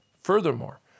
Furthermore